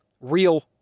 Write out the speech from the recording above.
real